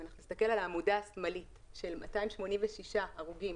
אם נסתכל על העמודה השמאלית שיש 286 הרוגים